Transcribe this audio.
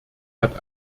hat